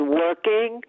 working